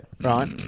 right